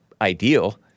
ideal